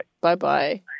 Bye-bye